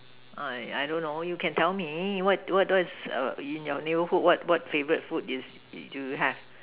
uh I don't know you can tell me what what's err in your neighbourhood what what favourite food is do you have